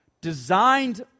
designed